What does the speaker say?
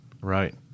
Right